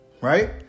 right